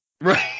Right